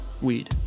weed